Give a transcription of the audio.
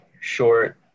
short –